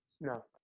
No